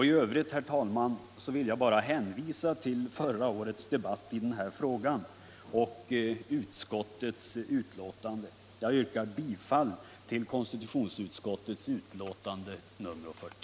I övrigt, herr talman, vill jag bara hänvisa till förra årets debatt i den här frågan och till utskottets betänkande. Jag yrkar bifall till konstitutionsutskottets hemställan i dess betänkande nr 41.